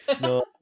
No